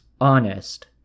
honest